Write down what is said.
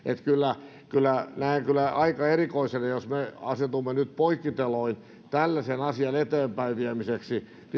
näen kyllä aika erikoisena jos me asetumme nyt poikkiteloin tällaisen asian eteenpäinviemisessä